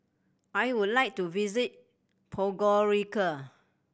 I would like to visit Podgorica